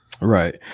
Right